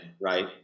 right